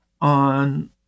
on